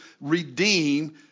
redeem